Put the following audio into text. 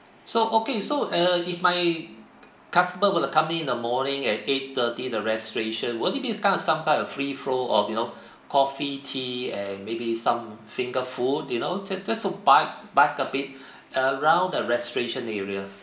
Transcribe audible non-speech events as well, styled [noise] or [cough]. so okay so uh if my customers would have come in in the morning at eight thirty the registration would that be a kind of some type of free flow of you know coffee tea and maybe some finger food you know just just a bite bite a bit [breath] around the registration area